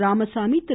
Ramasamy Thiru